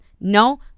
No